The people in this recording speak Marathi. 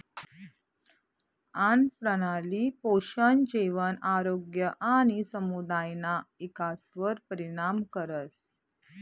आन्नप्रणाली पोषण, जेवण, आरोग्य आणि समुदायना इकासवर परिणाम करस